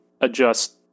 adjust